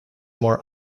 more